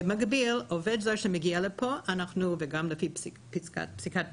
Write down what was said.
במקביל, עובד זר שמגיע לפה, גם לפי פסיקת בג"ץ,